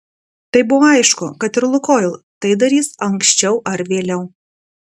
tai buvo aišku kad ir lukoil tai darys anksčiau ar vėliau